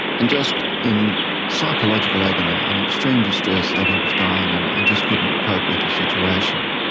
and just in psychological agony and extreme distress that he was dying and and just couldn't cope with the situation.